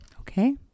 Okay